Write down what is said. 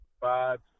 five